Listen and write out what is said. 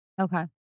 Okay